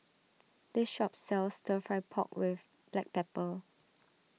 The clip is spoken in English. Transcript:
this shop sells Stir Fry Pork with Black Pepper